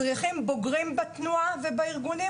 מדריכים בוגרים בתנועה ובארגונים